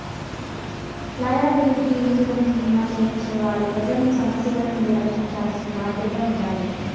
liability insurance భీమా చేయించే వాళ్ళు ప్రజలను సమస్యల నుండి రక్షించాల్సిన బాధ్యత ఉంటాది